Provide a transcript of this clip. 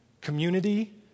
community